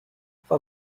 for